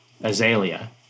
Azalea